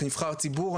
כנבחר ציבור,